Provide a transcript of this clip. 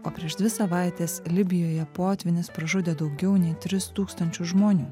o prieš dvi savaites libijoje potvynis pražudė daugiau nei tris tūkstančius žmonių